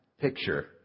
picture